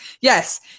yes